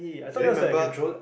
do you remember